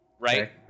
Right